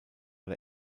der